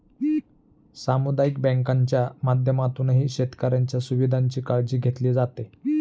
सामुदायिक बँकांच्या माध्यमातूनही शेतकऱ्यांच्या सुविधांची काळजी घेतली जाते